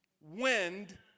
Wind